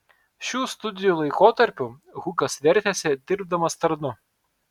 šių studijų laikotarpiu hukas vertėsi dirbdamas tarnu